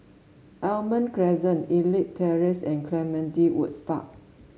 Almond Crescent Elite Terrace and Clementi Woods Park